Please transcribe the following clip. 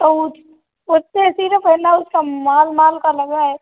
तो उस उससे सीधे बोलना उसका माल माल का लगा है